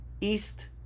East